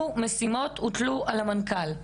משימות הוטלו על המנכ"ל?